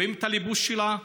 רואים את הלבוש שלה.